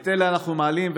את אלה אנחנו מעלים,